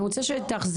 אני רוצה שתחזרו,